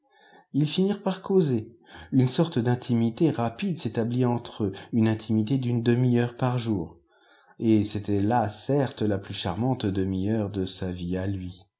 ils finirent par causer une sorte d'intimité rapide s'établit entre eux une intimité d'une demi-heure par jour et c'était la certes la plus charmante demi-heure de sa vie à lui